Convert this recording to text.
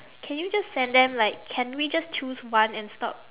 can you just send them like can we just choose one and stop